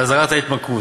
ואזהרת התמכרות.